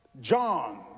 John